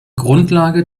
grundlage